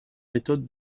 méthode